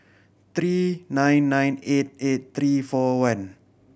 three nine nine eight eight three four one